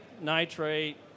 nitrate